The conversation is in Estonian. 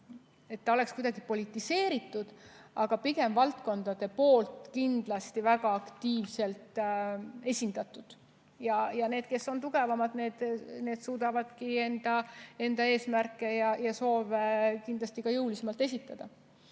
ta oleks nüüd kuidagi politiseeritud, samas on see valdkondades kindlasti väga aktiivselt esindatud. Need, kes on tugevamad, suudavadki enda eesmärke ja soove kindlasti jõulisemalt esitada.